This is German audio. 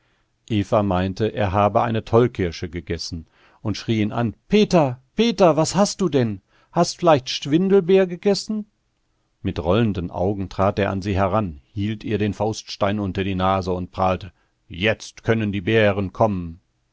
meinte er habe eine tollkirsche gegessen und schrie ihn an peter peter was hast denn hast leicht schwindelbeer gegessen mit rollenden augen trat er an sie heran hielt ihr den fauststein unter die nase und prahlte jetzt können die bären kommen